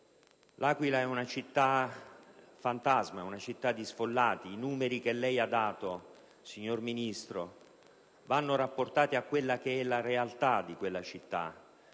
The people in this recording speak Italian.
L'Aquila è una città fantasma e di sfollati. I numeri che lei ha dato, signor Ministro, vanno rapportati alla realtà della città.